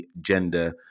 gender